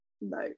No